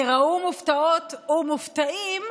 תיראו מופתעות ומופתעים,